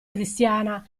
cristiana